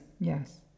Yes